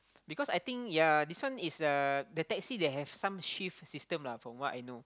because I think ya this one is uh the taxi they have some shift system lah from what I know